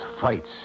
fights